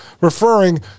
referring